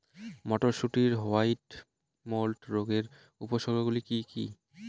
মটরশুটির white mould রোগের উপসর্গগুলি কী কী?